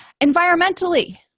Environmentally